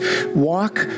Walk